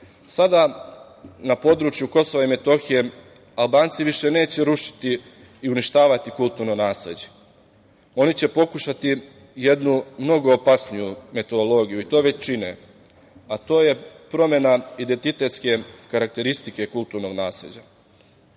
na području KiM Albanci više neće rušiti i uništavati kulturno nasleđe. Oni će pokušati jednu mnogo opasniju metodologiju, i to već čine, a to je promena identitetske karakteristike kulturnog nasleđa. To